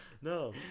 no